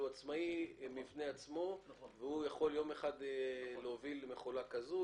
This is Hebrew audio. עצמאי בפני עצמו - הוא יכול יום אחד להוביל מכולה כזאת,